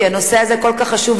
כי הנושא הזה כל כך חשוב,